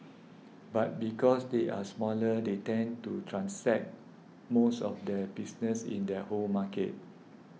but because they are smaller they tend to transact most of their business in their home markets